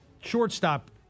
shortstop